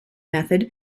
method